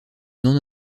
non